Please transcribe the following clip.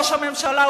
ראש הממשלה,